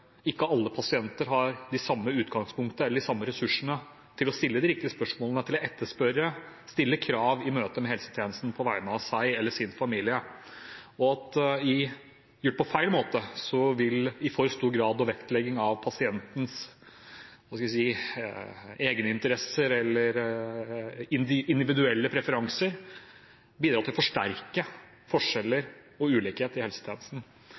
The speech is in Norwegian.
ikke alle pasienter har det samme utgangspunktet eller de samme ressursene for å stille de riktige spørsmålene, etterspørre og stille krav i møte med helsetjenesten på vegne av seg selv eller sin familie. Gjort på feil måte vil i for stor grad vektlegging av pasientens egeninteresse eller individuelle preferanser bidra til å forsterke forskjeller og ulikheter i helsetjenesten.